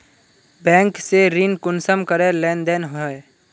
Bank से ऋण कुंसम करे लेन देन होए?